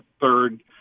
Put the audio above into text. third